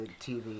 TV